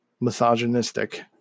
misogynistic